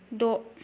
द'